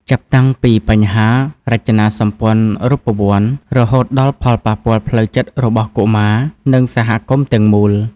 ចាប់តាំងពីបញ្ហារចនាសម្ព័ន្ធរូបវន្ត រហូតដល់ផលប៉ះពាល់ផ្លូវចិត្តរបស់កុមារ និងសហគមន៍ទាំងមូល។